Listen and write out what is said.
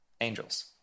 angels